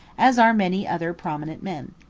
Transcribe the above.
as are many other prominent men.